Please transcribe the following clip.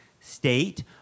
state